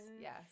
yes